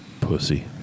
Pussy